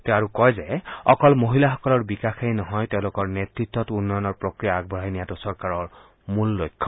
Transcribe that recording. তেওঁ আৰু কয় যে অকল মহিলাসকলৰ বিকাশেই নহয় তেওঁলোকৰ নেত়ত্ত উন্নয়নৰ প্ৰক্ৰিয়া আগবঢ়াই নিয়াটো চৰকাৰৰ মূল লক্ষ্য